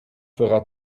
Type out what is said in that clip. fera